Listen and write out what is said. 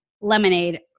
lemonade